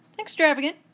extravagant